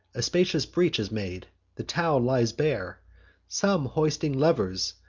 a spacious breach is made the town lies bare some hoisting-levers,